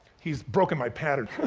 he's broken my pattern